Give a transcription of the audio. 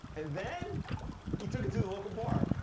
and then he took it to the local bar.